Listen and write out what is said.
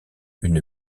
une